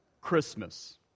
Christmas